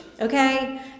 okay